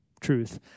truth